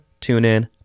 TuneIn